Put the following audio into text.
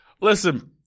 Listen